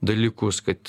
dalykus kad